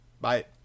Bye